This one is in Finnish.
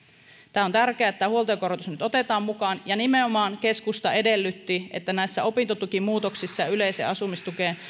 on tärkeää että tämä huoltajakorotus nyt otetaan mukaan ja nimenomaan keskusta edellytti että näissä opintotukimuutoksissa ja yleiseen asumistukeen